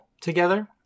together